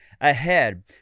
ahead